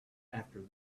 after